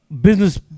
business